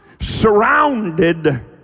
surrounded